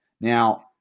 Now